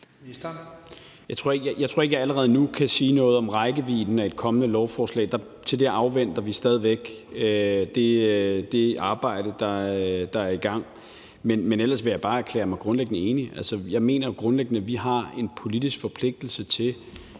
Jeg tror ikke, at jeg allerede nu kan sige noget om rækkevidden af et kommende lovforslag; vi afventer stadig væk det arbejde, der er i gang. Men ellers vil jeg bare erklære mig grundlæggende enig. Altså, jeg mener grundlæggende, at vi har en politisk forpligtelse til